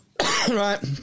Right